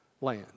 land